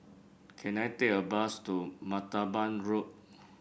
can I take a bus to Martaban Road